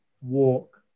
walk